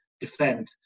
defend